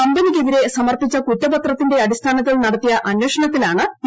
കമ്പന്ടൂയ്ക്കെതിരെ സമർപ്പിച്ച കുറ്റപത്രത്തിന്റെ അടിസ്ഥാനത്തിൽ നട്ടത്തിയ് അന്വേഷണത്തിലാണ് ഇ